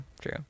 true